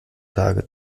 tage